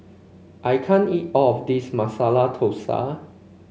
I can't eat all of this Masala Thosai